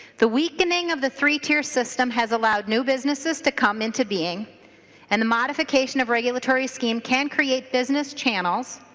the weakening of the three-tiered system has allowed new businesses to come into being and the modification of regulatory scheme can create business channels